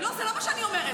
לא, זה לא מה שאני אומרת.